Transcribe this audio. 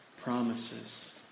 promises